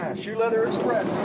and shoe leather express.